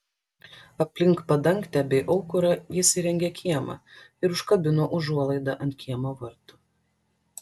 aplink padangtę bei aukurą jis įrengė kiemą ir užkabino užuolaidą ant kiemo vartų